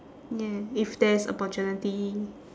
ya if there is opportunity